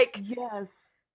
Yes